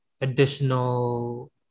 additional